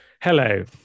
Hello